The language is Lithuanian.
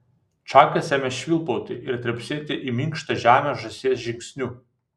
čakas ėmė švilpauti ir trepsėti į minkštą žemę žąsies žingsniu